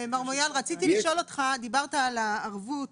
מויאל, רציתי לשאול אותך: דיברת על הערבות